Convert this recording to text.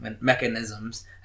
mechanisms